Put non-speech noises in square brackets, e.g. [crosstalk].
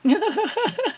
[laughs]